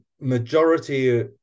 majority